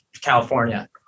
California